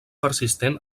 persistent